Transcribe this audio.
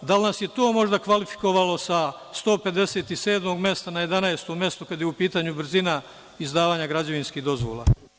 Da li nas je to možda kvalifikovalo sa 157. mesta na 11. mesto kada je u pitanju brzina izdavanja građevinskih dozvola?